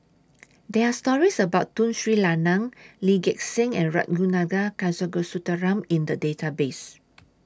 There Are stories about Tun Sri Lanang Lee Gek Seng and Ragunathar Kanagasuntheram in The Database